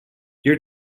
your